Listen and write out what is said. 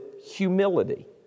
humility